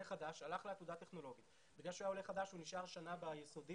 הלך לעתודה טכנולוגית ובגלל שהוא היה עולה חדש הוא נשאר שנה ביסודי